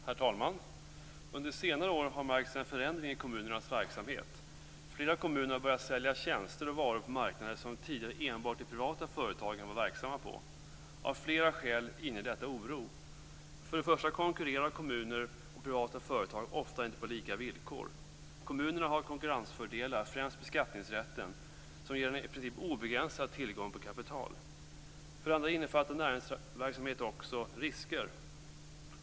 Herr talman! Det har under senare år märkts en förändring i kommunernas verksamhet. Flera kommuner har börjat sälja tjänster och varor på marknader som tidigare enbart de privata företagen var verksamma på. Av flera skäl inger detta oro. För det första konkurrerar kommuner och privata företag ofta inte på lika villkor. Kommunerna har konkurrensfördelar, främst beskattningsrätten, som ger en i princip obegränsad tillgång på kapital. För det andra innefattar näringsverksamhet också risker.